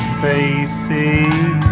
faces